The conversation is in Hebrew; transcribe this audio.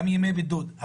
גם ימי בידוד,